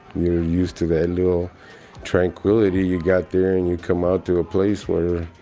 you're used to that little tranquility you got there and you come out to a place where,